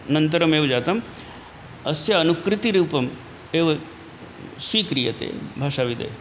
नन्तरम् एव जातम् अस्य अनुकृतिरूपम् एव स्वीक्रियते भाषाविदा